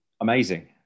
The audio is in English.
amazing